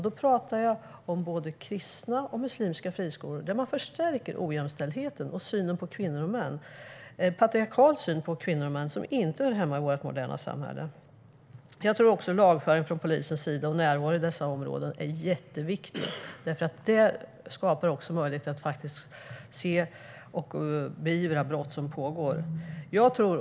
Då pratar jag om både kristna och muslimska friskolor där man förstärker ojämställdheten och en patriarkal syn på kvinnor och män som inte hör hemma i vårt moderna samhälle. Jag tror också att det är mycket viktigt med lagföring och närvaro i dessa områden från polisen. Det skapar möjligheter att se och beivra brott som pågår.